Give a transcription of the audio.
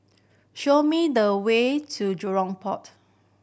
show me the way to Jurong Port